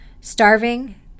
Starving